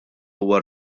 huwa